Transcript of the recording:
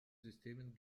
systemen